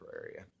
area